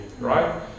right